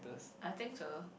I think so